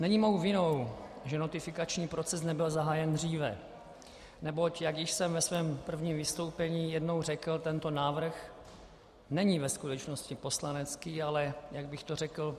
Není mou vinou, že notifikační proces nebyl zahájen dříve, neboť jak již jsem ve svém prvním vystoupení jednou řekl, tento návrh není ve skutečnosti poslanecký, ale jak bych to řekl?